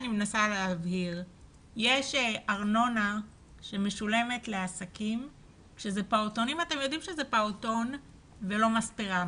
יש ארנונה שמשולמת לעסקים ואתם יודעים שזה פעוטון ולא מספרה.